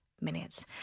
minutes